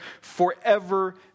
forever